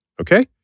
Okay